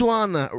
one